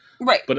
Right